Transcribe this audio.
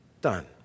Done